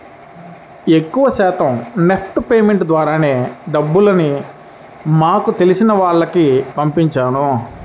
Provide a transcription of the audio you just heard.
ఎక్కువ శాతం NEFT payments ద్వారానే డబ్బుల్ని మాకు తెలిసిన వాళ్లకి పంపించాను